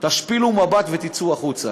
תשפילו מבט ותצאו החוצה.